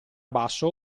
basso